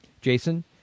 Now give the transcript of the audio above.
Jason